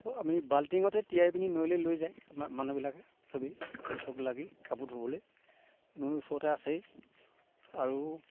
আমি বাল্টিঙতে তিয়াই পিনি নৈলে লৈ যায় আমাৰ মানুহবিলাকে চবে লগ লাগি কাপোৰ ধুবলৈ নৈ ওচৰতে আছেই আৰু